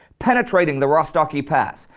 penetrating the rostoki pass.